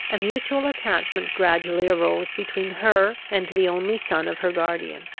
a mutual attachment gradually arose between her and the only son of her guardian.